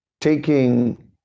taking